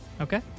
okay